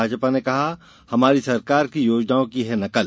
भाजपा ने कहा हमारी सरकार की योजनाओं की है नकल